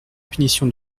punition